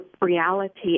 reality